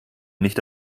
nicht